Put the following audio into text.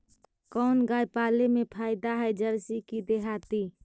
कोन गाय पाले मे फायदा है जरसी कि देहाती?